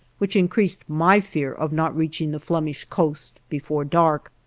which increased my fear of not reaching the flemish coast before dark.